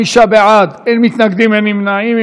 35 בעד, אין מתנגדים, אין נמנעים.